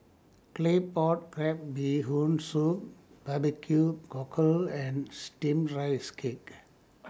Claypot Crab Bee Hoon Soup Barbecue Cockle and Steamed Rice Cake